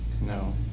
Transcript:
No